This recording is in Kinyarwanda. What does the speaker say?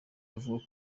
avuga